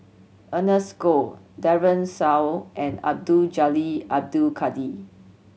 Ernest Goh Daren Shiau and Abdul Jalil Abdul Kadir